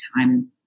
time